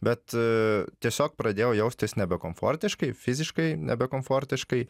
bet aa tiesiog pradėjau jaustis nebe komfortiškai fiziškai nebe komfortiškai